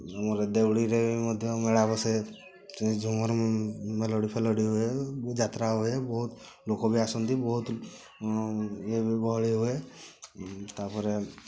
ଆମର ଦେଉଳିରେ ମଧ୍ୟ ମେଳା ବସେ ସେ ଝୁମର ମେଲୋଡ଼ି ଫେଲୋଡ଼ି ହୁଏ ଯାତ୍ରା ହୁଏ ବହୁତ ଲୋକ ବି ଆସନ୍ତି ବହୁତ ଇଏ ବି ଗହଳି ହୁଏ ତା'ପରେ